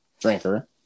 drinker